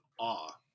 awe